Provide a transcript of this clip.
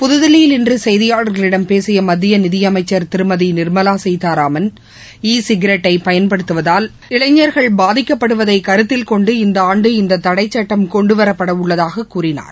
புதுதில்லியில் இன்றுசெய்தியாளர்களிடம் பேசியமத்தியநிதியமைச்சர் திருமதிநிர்மலாசீதாராமன் சிகரெட்டைபயன்படுத்துவதால் பாதிக்கப்படுவதைகருத்தில்கொண்டு இளைஞர்கள் இந்தஆண்டு இந்ததடைசட்டம் கொண்டுவரப்படவுள்ளதாககூறினார்